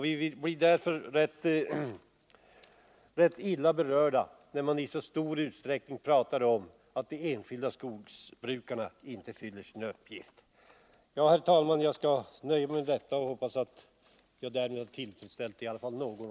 Vi blir därför rätt illa berörda när man talar så mycket om att de enskilda skogsbrukarna inte fullgör sin uppgift. Herr talman! Jag skall nöja mig med detta och hoppas att jag därmed har tillfredsställt åtminstone någon.